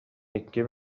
икки